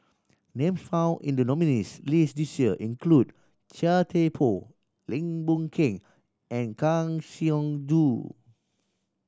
names found in the nominees' list this year include Chia Thye Poh Lim Boon Keng and Kang Siong Joo